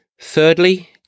Thirdly